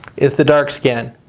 is the dark scan.